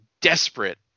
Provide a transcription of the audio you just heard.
desperate